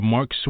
Mark